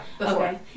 okay